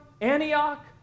Antioch